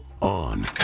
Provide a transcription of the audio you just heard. On